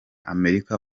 amerika